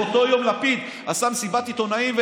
באותו יום לפיד עשה מסיבת עיתונאים,